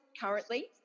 currently